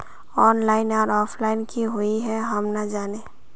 Online आर offline की हुई है हम ना जाने?